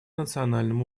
национальном